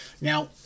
Now